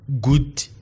good